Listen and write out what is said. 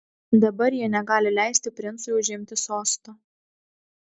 dabar jie negali leisti princui užimti sosto